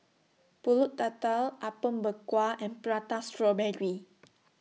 Pulut Tatal Apom Berkuah and Prata Strawberry